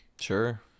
Sure